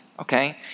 okay